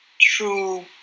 true